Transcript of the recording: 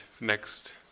next